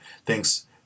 Thanks